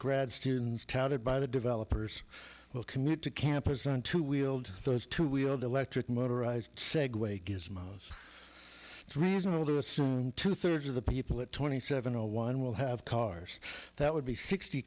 grad students touted by the developers will commute to campus on two wheeled those two wheeled electric motorized segway gizmos it's reasonable to assume two thirds of the people at twenty seven or one will have cars that would be sixty